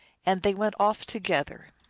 and they went off to gether.